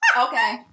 okay